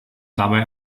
dabei